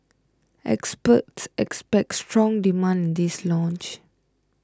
experts expect strong demand in this launch